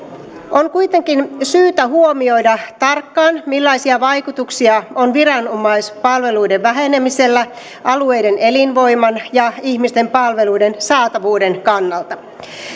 on kuitenkin syytä huomioida tarkkaan millaisia vaikutuksia on viranomaispalveluiden vähenemisellä alueiden elinvoiman ja ihmisten palveluiden saatavuuden kannalta